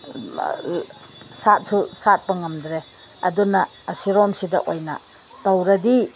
ꯁꯥꯠꯁꯨ ꯁꯥꯠꯄ ꯉꯝꯗꯔꯦ ꯑꯗꯨꯅ ꯑꯁꯤꯔꯣꯝꯁꯤꯗ ꯑꯣꯏꯅ ꯇꯧꯔꯗꯤ